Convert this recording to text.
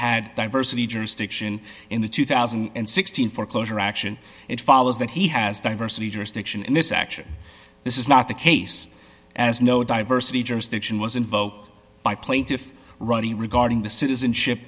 had diversity jurisdiction in the two thousand and sixteen foreclosure action it follows that he has diversity jurisdiction in this action this is not the case as no diversity jurisdiction was invoked by plaintiff ronnie regarding the citizenship